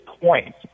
point